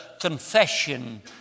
confession